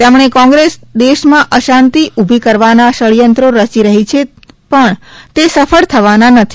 તેમણે કોગ્રેસ દેશમાં અશાંતિ ઉભી કરવાના ષડયંત્રો રચી રહી છે પણ તે સફળ થવાના નથી